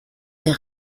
der